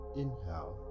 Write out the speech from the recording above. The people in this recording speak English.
inhale